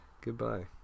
Goodbye